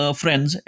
friends